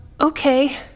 okay